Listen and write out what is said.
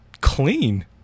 clean